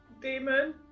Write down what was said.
demon